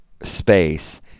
space